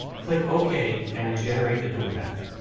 click okay and regenerate the toolpath.